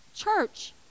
church